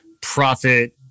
profit